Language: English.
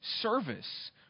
service